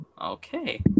Okay